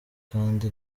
kandi